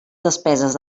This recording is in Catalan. despeses